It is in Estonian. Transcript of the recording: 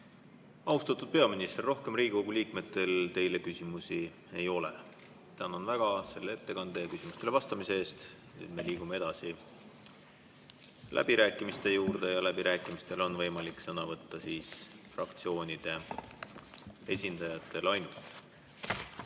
Austatud peaminister, rohkem Riigikogu liikmetel teile küsimusi ei ole. Tänan väga selle ettekande ja küsimustele vastamise eest! Me liigume edasi läbirääkimiste juurde. Läbirääkimistel on võimalik sõna võtta ainult fraktsioonide esindajatel.